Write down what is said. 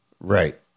Right